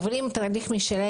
חולים מבוגרים עוברים תהליך שונה,